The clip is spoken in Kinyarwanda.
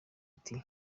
ati